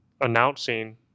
announcing